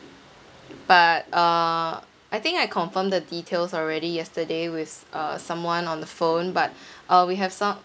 but uh I think I confirmed the details already yesterday with uh someone on the phone but uh we have some